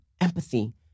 empathy